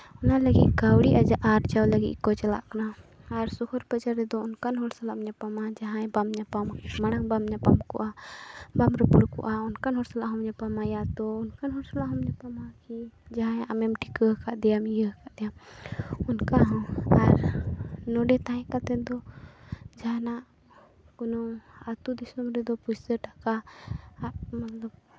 ᱚᱱᱟ ᱞᱟᱹᱜᱤᱫ ᱠᱟᱹᱣᱰᱤ ᱟᱨᱡᱟᱣ ᱞᱟᱹᱜᱤᱫ ᱠᱚ ᱪᱟᱞᱟᱜ ᱠᱟᱱᱟ ᱟᱨ ᱥᱚᱦᱚᱨ ᱵᱟᱡᱟᱨ ᱨᱮᱫᱚ ᱚᱱᱠᱟᱱ ᱦᱚᱲ ᱥᱟᱞᱟᱜ ᱧᱟᱯᱟᱢᱟ ᱡᱟᱦᱟᱸᱭ ᱵᱟᱢ ᱧᱟᱯᱟᱢᱟ ᱢᱟᱲᱟᱝ ᱵᱟᱢ ᱧᱟᱯᱟᱢ ᱠᱚᱜᱼᱟ ᱵᱟᱢ ᱨᱚᱯᱚᱲ ᱠᱟᱱᱟ ᱚᱱᱠᱟᱱ ᱦᱚᱲ ᱥᱟᱞᱟᱜ ᱦᱚᱢ ᱧᱟᱯᱟᱢ ᱟᱭᱟ ᱛᱳ ᱦᱚᱲ ᱥᱟᱞᱟᱜ ᱦᱚᱢ ᱧᱟᱯᱟᱢᱟ ᱠᱤ ᱡᱟᱦᱟᱸᱭ ᱟᱢᱮᱢ ᱴᱷᱤᱠᱟ ᱟᱠᱟᱫᱮᱭᱟ ᱤᱭᱟᱹ ᱠᱟᱫᱮᱭᱟ ᱚᱱᱠᱟ ᱦᱚᱸ ᱟᱨ ᱱᱚᱰᱮ ᱛᱟᱦᱮᱸ ᱠᱟᱛᱮ ᱫᱚ ᱡᱟᱦᱟᱱᱟᱜ ᱠᱳᱱᱚ ᱟᱛᱳ ᱫᱤᱥᱚᱢ ᱨᱮᱫᱚ ᱯᱩᱭᱥᱟᱹ ᱴᱟᱠᱟ ᱟᱜ ᱢᱚᱛᱞᱚᱵ